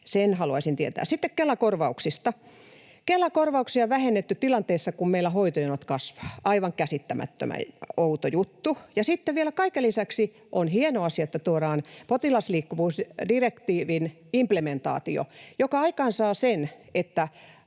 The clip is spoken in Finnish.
sen haluaisin tietää. Sitten Kela-korvauksista: Kela-korvauksia on vähennetty tilanteessa, jossa meillä hoitojonot kasvavat, aivan käsittämättömän outo juttu. Ja sitten vielä kaiken lisäksi: on hieno asia, että tuodaan potilasliikkuvuusdirektiivin implementaatio, joka aikaansaa sen, että